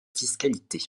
fiscalité